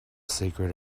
secret